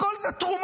הכול זה תרומות,